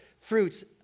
fruits